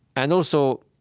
and also,